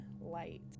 light